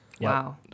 Wow